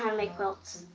um make quilts.